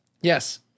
Yes